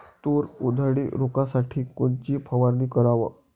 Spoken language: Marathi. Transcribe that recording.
तूर उधळी रोखासाठी कोनची फवारनी कराव?